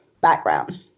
background